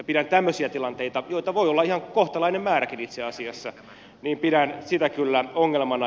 pidän tämmöisiä tilanteita joita voi olla ihan kohtalainen määräkin itse asiassa ongelmana